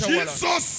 Jesus